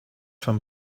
von